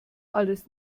alles